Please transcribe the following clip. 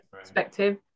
perspective